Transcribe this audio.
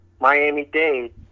miami-dade